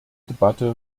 debatte